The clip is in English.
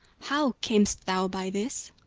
how cam'st thou by this?